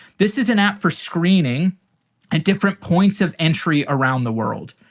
this is an app for screening and different points of entry around the world.